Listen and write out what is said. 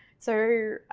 so